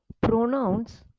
pronouns